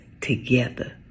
together